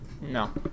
No